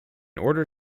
order